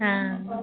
ହଁ